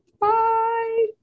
Bye